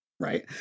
Right